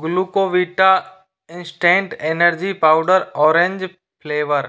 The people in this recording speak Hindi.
Glucovita instant energy powder orange flavour